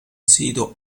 sito